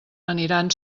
aniran